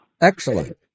Excellent